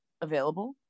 available